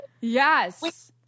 Yes